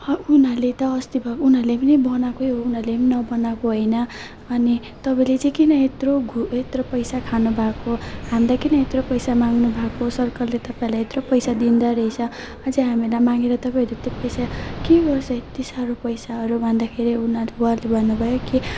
उनीहरूले त अस्ति भयो उनीहरूले पनि बनाएकै हो उनीहरूले पनि नबनाएको होइन अनि तपाईँले चाहिँ किन यत्रो घु यत्रो पैसा खानुभएको हामीलाई किन यत्रो पैसा माग्नुभएको सरकारले तपाईँलाई यत्रो पैसा दिँदा रहेछ अझै हामीलाई मागेर तपाईँहरूले त्यो पैसा के गर्छ यत्ति साह्रो पैसाहरू भन्दाखेरि उनीहरू उहाँले भन्नुभयो कि